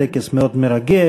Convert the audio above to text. טקס מאוד מרגש.